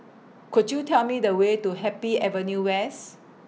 Could YOU Tell Me The Way to Happy Avenue West